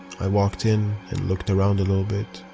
i walked in and looked around a little bit.